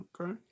okay